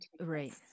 right